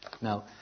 Now